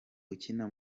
ukina